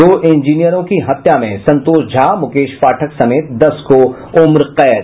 दो इंजीनियरों की हत्या में संतोष झा मुकेश पाठक समेत दस को उम्र कैद